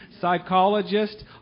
psychologist